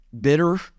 bitter